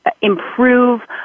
improve